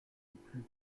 plus